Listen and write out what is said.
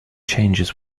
changes